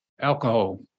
alcohol